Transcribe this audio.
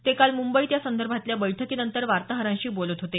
ते काल मुंबईत यासंदर्भातल्या बैठकीनंतर वार्ताहरांशी बोलत होते